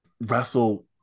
wrestle